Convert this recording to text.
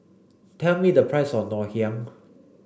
tell me the price of Ngoh Hiang